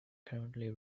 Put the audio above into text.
currently